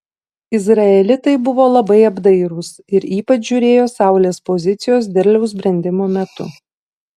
izraelitai buvo labai apdairūs ir ypač žiūrėjo saulės pozicijos derliaus brendimo metu